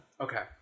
Okay